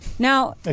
Now